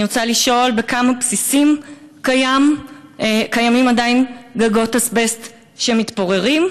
אני רוצה לשאול: 1. בכמה בסיסים קיימים עדיין גגות אזבסט מתפוררים?